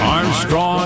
Armstrong